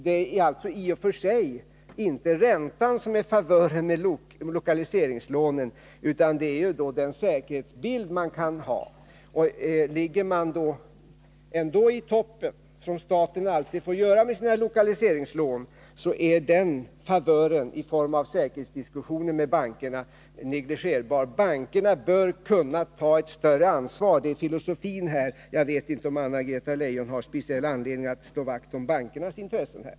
Det är alltså i och för sig inte räntan som är favören med lokaliseringslånen, utan det är den säkerhetsbild man har. Ligger man ändå i toppen, som staten alltid får göra med sina lokaliseringslån, så är den favören i form av säkerhetsdiskussioner med bankerna negligerbar. Bankerna bör kunna ta ett större ansvar — det är filosofin här. Jag vet inte om Anna-Greta Leijon har särskild anledning att slå vakt om bankernas intressen.